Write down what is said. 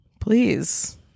please